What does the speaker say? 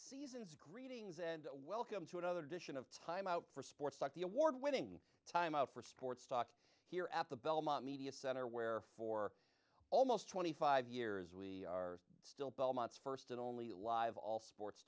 pm greetings and welcome to another edition of time out for sports like the award winning time out for sports talk here at the belmont media center where for almost twenty five years we are still belmont's st and only live all sports